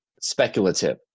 speculative